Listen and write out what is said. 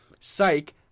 psych